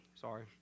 sorry